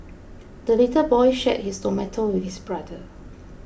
the little boy shared his tomato with his brother